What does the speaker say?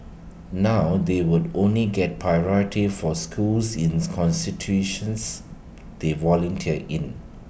now they will only get priority for schools ins constitutions they volunteer in